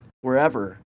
wherever